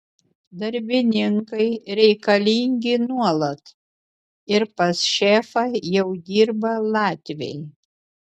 darbininkai reikalingi nuolat ir pas šefą jau dirba latviai